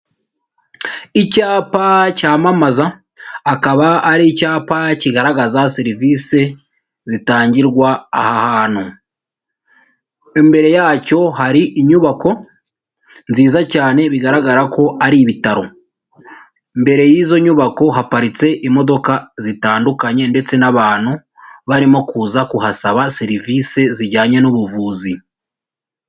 Icyapa cyamamaza akaba ari icyapa kigaragaza serivisi zitangirwa aha hantu, imbere yacyo hari inyubako nziza cyane bigaragara ko ari ibitaro, imbere y'izo nyubako haparitse imodoka zitandukanye ndetse n'abantu barimo kuza kuhasaba serivisi zijyanye n'ubuvuzi.